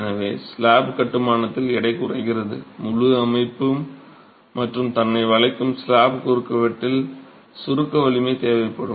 எனவே ஸ்லாப் கட்டுமானத்தில் எடை குறைகிறது முழு அமைப்பு மற்றும் தன்னை வளைக்கும் ஸ்லாப் குறுக்கு வெட்டில் சுருக்க வலிமை தேவைப்படும்